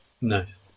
Nice